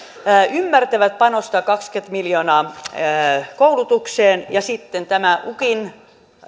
ymmärtävät panostaa kaksikymmentä miljoonaa koulutukseen ja sitten tämä uki